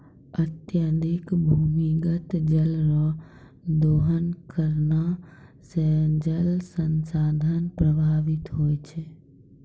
अत्यधिक भूमिगत जल रो दोहन करला से जल संसाधन प्रभावित होय छै